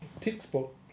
textbook